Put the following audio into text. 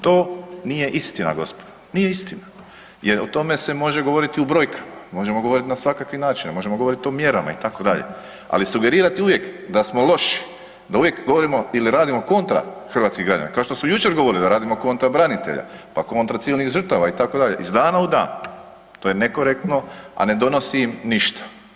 To nije istina gospodo, nije istina jer o tome se može govoriti u brojkama, možemo govorit na skvakakvi način, možemo govorit o mjerama itd. ali sugerirati uvijek da smo loši, da uvijek govorimo ili radimo kontra hrvatskih građana, kao što su jučer govorili da radimo kontra branitelja, pa kontra civilnih žrtava itd. iz dana u dan, to je nekorektno, a ne donosi im ništa.